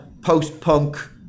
post-punk